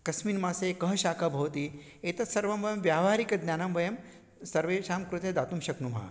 कस्मिन् मासे कः शाकः भवति एतत् सर्वं वयं व्यावहारिकज्ञानं वयं सर्वेषां कृते दातुं शक्नुमः